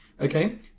Okay